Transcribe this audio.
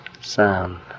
sound